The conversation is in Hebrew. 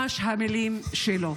אלה ממש המילים שלו.